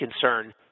concern